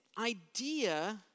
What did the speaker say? idea